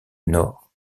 nord